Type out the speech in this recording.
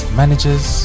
managers